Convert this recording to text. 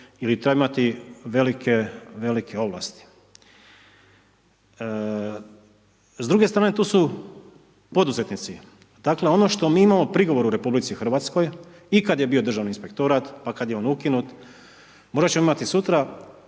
ili trebaju imati velike ovlasti. S druge strane tu su poduzetnici, dakle ono što mi imamo prigovor u RH i kad je bio državni inspektorat, pa kad je on ukinut, možda ćemo imati sutra,